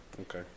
Okay